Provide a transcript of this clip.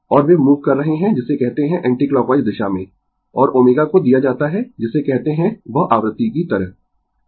और वे मूव कर रहे है जिसे कहते है एंटीक्लॉकवाइज दिशा में और ω को दिया जाता है जिसे कहते है वह आवृत्ति की तरह